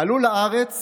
עלו לארץ